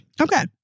Okay